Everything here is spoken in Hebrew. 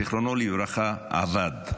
זיכרונו לברכה, עבד בה.